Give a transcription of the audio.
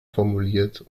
formuliert